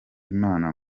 imana